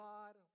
God